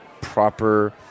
proper